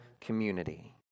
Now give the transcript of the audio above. community